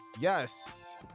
yes